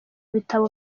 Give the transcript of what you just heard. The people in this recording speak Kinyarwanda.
bitabo